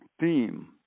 theme